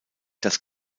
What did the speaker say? das